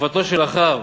מתקופתו של אחאב,